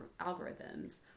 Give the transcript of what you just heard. algorithms